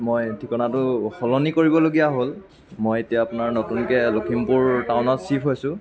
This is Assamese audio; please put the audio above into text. মই ঠিকনাটো সলনি কৰিবলগীয়া হ'ল মই এতিয়া আপোনাৰ নতুনকৈ লখিমপুৰ টাউনত চিফ্ট হৈছোঁ